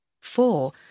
four